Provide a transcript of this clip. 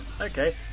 Okay